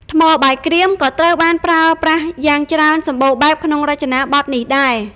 ថ្មបាយក្រៀម ក៏ត្រូវបានប្រើប្រាស់យ៉ាងច្រើនសម្បូរបែបក្នុងរចនាបថនេះដែរ។